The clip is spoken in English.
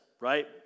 right